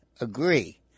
agree